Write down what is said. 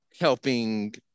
helping